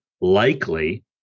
likely